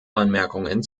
anmerkungen